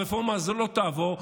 הרפורמה הזו לא תעבור,